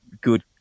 good